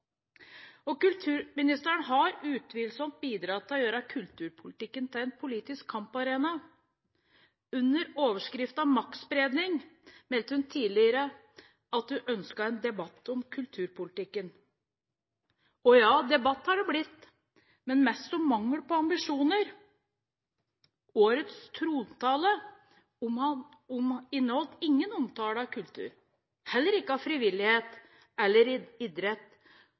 finansieres. Kulturministeren har utvilsomt bidratt til å gjøre kulturpolitikken til en politisk kamparena. Under overskriften «Maktspredning» meldte hun tidlig at hun ønsket en debatt om kulturpolitikken. Ja, debatt har det blitt, men mest om mangel på ambisjoner. Årets trontale inneholdt ingen omtale av kultur, heller ikke av frivillighet eller idrett